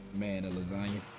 man, a lasagna.